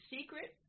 secret